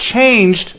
changed